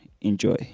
Enjoy